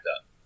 up